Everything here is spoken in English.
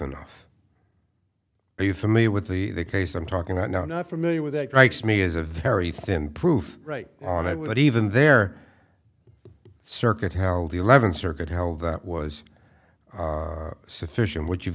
enough are you familiar with the the case i'm talking about now not familiar with that writes me is a very thin proof right and i would even there the circuit how the eleventh circuit how that was sufficient what you've